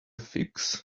figs